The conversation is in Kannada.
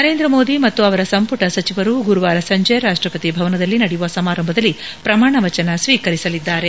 ನರೇಂದ್ರ ಮೋದಿ ಮತ್ತು ಅವರ ಸಂಪುಟ ಸಚಿವರು ಗುರುವಾರ ಸಂಜೆ ರಾಷ್ಟ್ರಪತಿ ಭವನದಲ್ಲಿ ನಡೆಯುವ ಸಮಾರಂಭದಲ್ಲಿ ಪ್ರಮಾಣವಚನ ಸ್ವೀಕರಿಸಲಿದ್ದಾರೆ